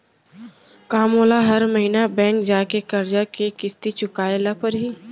का मोला हर महीना बैंक जाके करजा के किस्ती चुकाए ल परहि?